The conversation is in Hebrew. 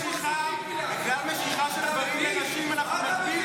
בגלל משיכה של גברים לנשים אנחנו נגביל